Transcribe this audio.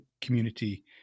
community